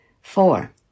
Four